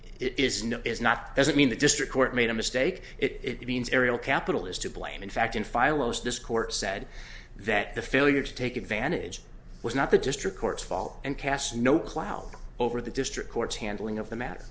no is not doesn't mean the district court made a mistake it means ariel capital is to blame in fact infile as this court said that the failure to take advantage was not the district court's fault and cast no cloud over the district court's handling of the matter